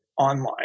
online